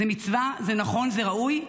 זו מצווה, זה נכון, זה ראוי.